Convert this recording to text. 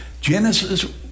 Genesis